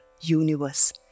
universe